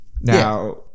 Now